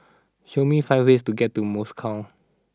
show me five ways to get to Moscow